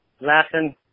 laughing